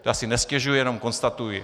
Já si nestěžuji, jenom konstatuji.